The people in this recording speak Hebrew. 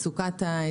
לצפון,